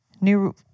new